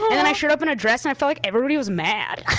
and then i showed up in a dress and i felt like everybody was mad.